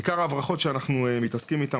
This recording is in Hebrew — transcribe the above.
עיקר ההברחות שאנחנו מתעסקים איתם,